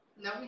No